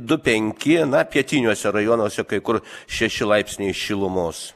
du penki na pietiniuose rajonuose kai kur šeši laipsniai šilumos